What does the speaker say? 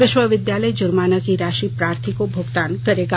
विश्वविद्यालय जुर्माना की राशि प्रार्थी को भुगतान करेगा